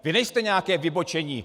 Vy nejste nějaké vybočení.